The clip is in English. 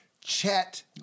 Chet